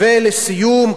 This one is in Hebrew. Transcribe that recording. ולסיום,